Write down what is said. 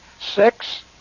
Six